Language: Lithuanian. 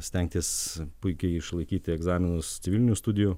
stengtis puikiai išlaikyti egzaminus civilinių studijų